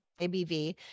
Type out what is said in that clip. ABV